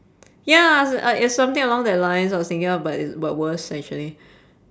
ya i~ uh it's something along that lines I was thinking of but i~ but worse actually